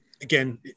again